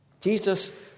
Jesus